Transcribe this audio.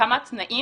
בכמה תנאים.